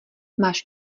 máš